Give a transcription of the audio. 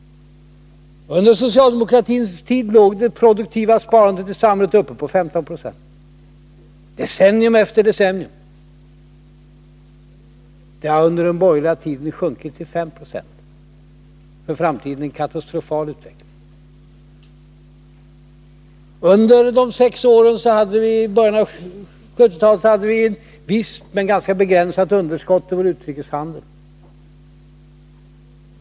Under socialdemokratins tid låg det produktiva sparandet i samhället på 15 20, i decennium efter decennium. Under den borgerliga tiden har det sjunkit till 5 26. Det är en katastrofal utveckling för framtiden. Under de sex första åren på 1970-talet hade vi ett visst men ganska begränsat underskott i vår utrikeshandel.